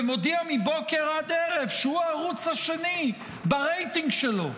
ומודיע מבוקר עד ערב שהוא הערוץ השני ברייטינג שלו,